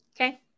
Okay